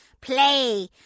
Play